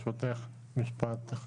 ברשותך, משפט.